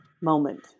moment